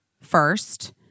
first